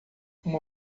uma